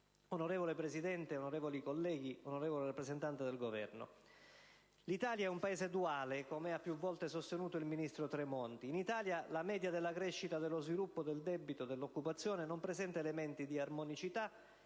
Onorevole Presidente, onorevole rappresentante del Governo, onorevoli senatori, l'Italia è un Paese duale. Come ha più volte sostenuto il ministro Tramonti, in Italia la media della crescita, dello sviluppo, del debito, dell'occupazione non presenta elementi di armonicità.